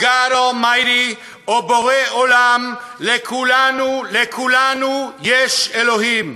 או God Almighty, או בורא עולם, לכולנו יש אלוהים.